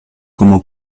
como